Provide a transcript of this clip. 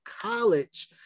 college